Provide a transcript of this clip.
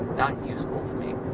not useful to me.